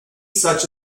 such